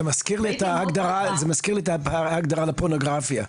זה מזכיר לי את ההגדרה לפורנוגרפיה.